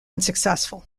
unsuccessful